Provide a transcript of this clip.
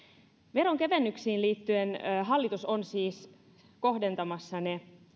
veronkevennyksiin liittyen hallitus on siis kohdentamassa ne